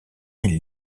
mille